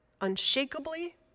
unshakably